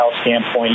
standpoint